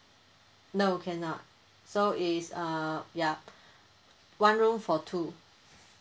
no cannot so is uh ya one room for two